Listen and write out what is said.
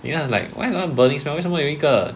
then I was like why got one burning smell 为什么有一个